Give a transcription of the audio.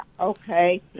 okay